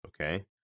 Okay